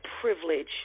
privilege